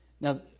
Now